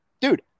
Dude